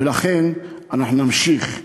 ולכן אנחנו נמשיך.